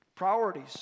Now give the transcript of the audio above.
priorities